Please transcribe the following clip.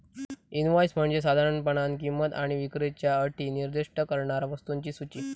invoice म्हणजे साधारणपणान किंमत आणि विक्रीच्यो अटी निर्दिष्ट करणारा वस्तूंची सूची